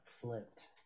flipped